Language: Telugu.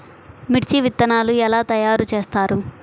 మిర్చి విత్తనాలు ఎలా తయారు చేస్తారు?